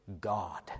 God